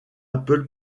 apple